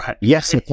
yes